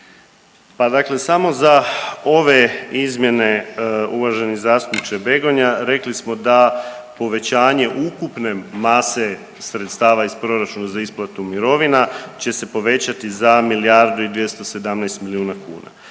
Pa dakle samo za ove izmjene uvaženi zastupniče Begonja rekli smo da povećanje ukupne mase sredstava iz proračuna za isplatu mirovina će se povećati za milijardu i 217 milijuna kuna.